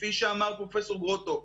כפי שאמר פרופ' גרוטו,